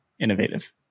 innovative